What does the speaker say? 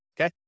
Okay